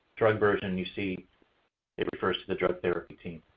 drug version, you see it refers to the drug therapy team.